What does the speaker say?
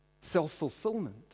self-fulfillment